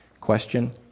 question